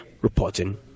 reporting